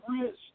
rich